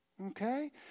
Okay